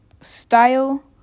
Style